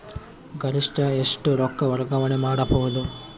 ಗರಿಷ್ಠ ಎಷ್ಟು ರೊಕ್ಕ ವರ್ಗಾವಣೆ ಮಾಡಬಹುದು?